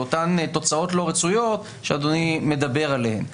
לאותן תוצאות לא רצויות שאדוני מדבר עליהן.